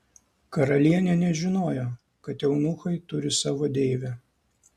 karalienė nežinojo kad eunuchai turi savo deivę